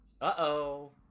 Uh-oh